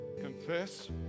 confess